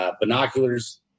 binoculars